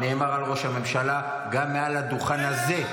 -- נאמר על ראש הממשלה גם מעל הדוכן הזה.